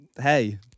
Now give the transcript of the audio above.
hey